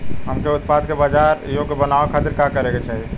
हमके उत्पाद के बाजार योग्य बनावे खातिर का करे के चाहीं?